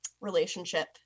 relationship